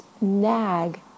nag